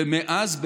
ומאז,